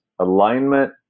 alignment